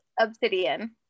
Obsidian